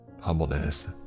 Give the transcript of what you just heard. Humbleness